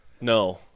No